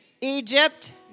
Egypt